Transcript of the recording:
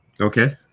Okay